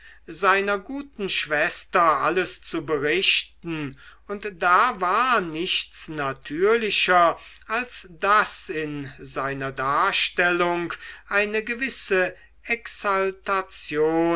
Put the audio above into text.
seiner guten schwester alles zu berichten und da war nichts natürlicher als daß in seiner darstellung eine gewisse